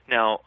Now